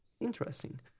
interesting